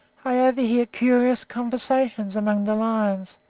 i overhear curious conversations among the lions,